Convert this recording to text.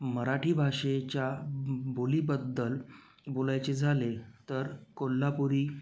मराठी भाषेच्या बोलीबद्दल बोलायचे झाले तर कोल्हापुरी